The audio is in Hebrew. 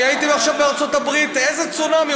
אני הייתי עכשיו בארצות הברית, איזה צונאמי?